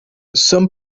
son